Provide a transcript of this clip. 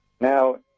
Now